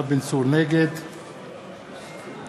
נגד